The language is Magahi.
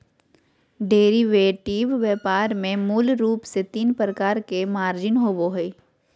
डेरीवेटिव व्यापार में मूल रूप से तीन प्रकार के मार्जिन होबो हइ